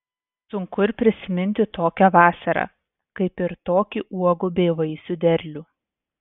sunku ir prisiminti tokią vasarą kaip ir tokį uogų bei vaisių derlių